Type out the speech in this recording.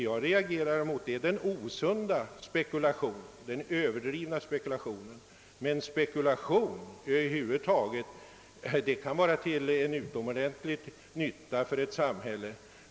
Jag reagerar mot den osunda och överdrivna spekulationen, men spekulation kan vara till utomordentlig nytta för ett samhälle.